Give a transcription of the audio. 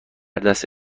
دست